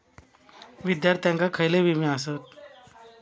विद्यार्थ्यांका खयले विमे आसत?